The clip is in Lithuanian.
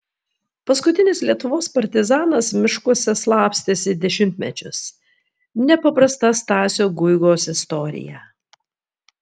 paskutinis lietuvos partizanas miškuose slapstėsi dešimtmečius nepaprasta stasio guigos istorija